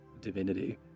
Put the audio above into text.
divinity